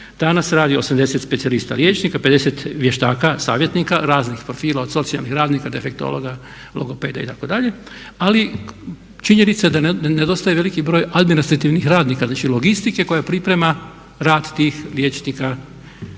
danas radi 80 specijalista liječnika, 50 vještaka savjetnika raznih profila od socijalnih radnika, defektologa, logopeda itd. Ali činjenica je da nedostaje veliki broj administrativnih radnika, znači logistike koja priprema rad tih liječnika